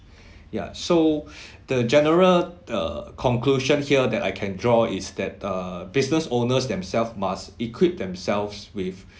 ya so the general the conclusion here that I can draw is that err business owners themselves must equip themselves with